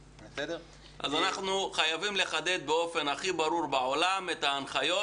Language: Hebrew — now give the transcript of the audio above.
אז אנחנו חייבים לחדד באופן הכי ברור בעולם את ההנחיות